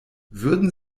würden